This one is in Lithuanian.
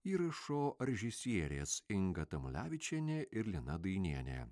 įrašo režisierės inga tamulevičienė ir lina dainienė